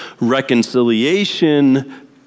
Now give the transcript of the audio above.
reconciliation